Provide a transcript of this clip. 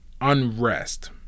unrest